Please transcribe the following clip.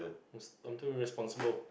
I'm I'm too irresponsible